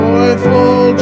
Joyful